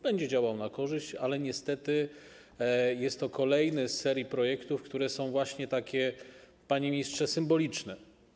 Będzie działał na korzyść, ale niestety jest to kolejny z serii projektów, które są właśnie takie, panie ministrze, symboliczne.